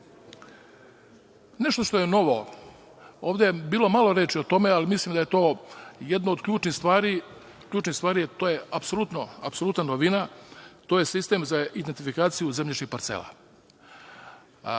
što je novo, ovde je bilo malo reči o tome, ali mislim da je to jedno od ključnih stvari, a to je apsolutna novina, to je sistem za identifikaciju zemljišnih parcela.